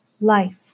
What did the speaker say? Life